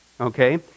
Okay